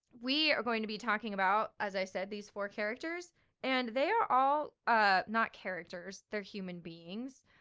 we are going to be talking about, as i said, these four characters and they are all ah, not characters, they're human beings.